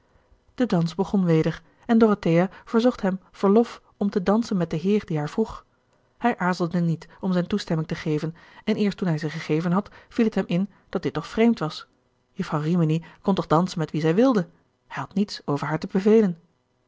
de dans begon weder en dorothea verzocht hem verlof om te dansen met den heer die haar vroeg hij aarzelde niet om zijne toestemming te geven en eerst toen hij ze gegeven had viel het hem in dat dit toch vreemd was jufvrouw rimini kon toch dansen met wien zij wilde hij had niets over haar te bevelen